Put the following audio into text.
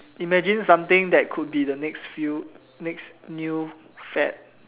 imagine something that could be the next few next new fad